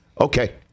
Okay